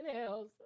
else